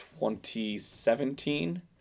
2017